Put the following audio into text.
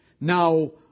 Now